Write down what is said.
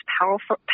powerful